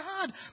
God